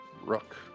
Rook